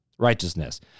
righteousness